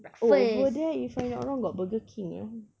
oh over there if I not wrong got burger king eh